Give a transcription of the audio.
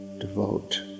devote